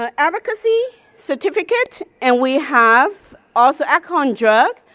ah advocacy certificate and we have also alcohol and drug.